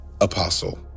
apostle